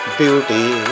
beauty